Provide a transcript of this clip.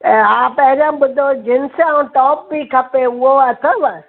हा पहिरियां ॿुधो जींस ऐं टॉप बि खपे उहो अथव